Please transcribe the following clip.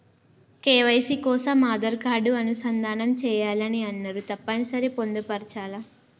KYC కోసం Aadhaar card అనుసంధానం చేయాలని అన్నరు తప్పని సరి పొందుపరచాలా?